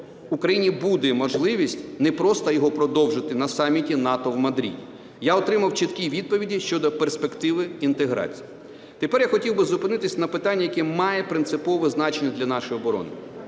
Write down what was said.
України буде можливість не просто його продовжити на саміті НАТО в Мадриді, я отримав чіткі відповіді щодо перспективи інтеграції. Тепер я хотів би зупинитися на питанні, яке має принципове значення для нашої оборони.